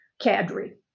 cadre